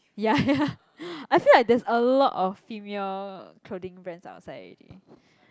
ya ya I feel like there's a lot of female clothing brands outside already